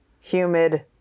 humid